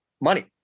money